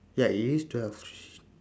ya it is twelve